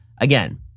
again